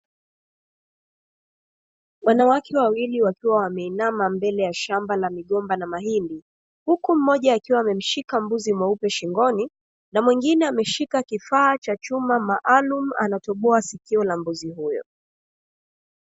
Wanawake wawili wakiwa wameinama kwenye shamba la migomba na mahindi, huku mmoja akiwa amemshika mbuzi mweupe shingoni, na mwingine ameshika kifaa cha chuma maalumu anatoboa sikio la mbuzi huyo.